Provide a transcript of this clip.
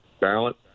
balance